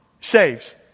saves